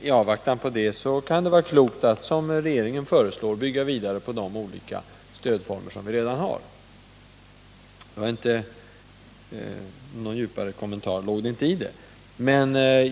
I avvaktan på det kan det vara klokt att, som regeringen föreslår, bygga vidare på de olika stödformer vi redan har.